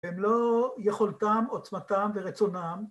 ‫הם לא יכולתם, עוצמתם ורצונם.